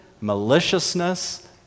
maliciousness